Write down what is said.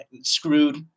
screwed